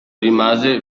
rimase